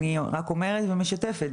אני רק אומרת ומשתפת,